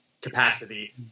capacity